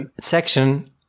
section